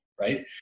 right